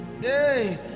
Hey